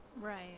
Right